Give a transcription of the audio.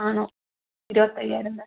ആണോ ഇരുപത്തയ്യായിരം അല്ലെ